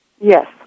Yes